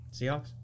Seahawks